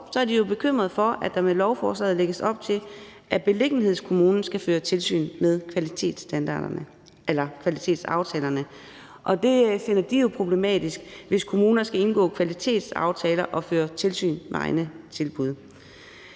Dog er de bekymret for, at der med lovforslaget lægges op til, at beliggenhedskommunen skal føre tilsyn med kvalitetsaftalerne. De finder det problematisk, hvis kommuner skal indgå kvalitetsaftaler og føre tilsyn med egne tilbud.